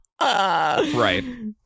Right